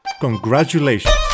congratulations